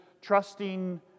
Trusting